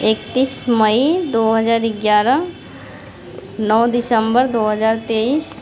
इकतीस मई दो हज़ार ग्यारह नौ दिसम्बर दो हज़ार तेईस